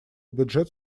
бюджет